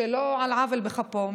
על לא עוול בכפו,